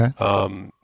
Okay